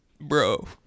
Bro